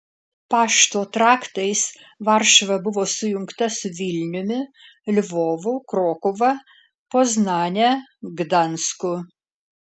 pašto traktais varšuva buvo sujungta su vilniumi lvovu krokuva poznane gdansku